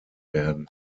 werden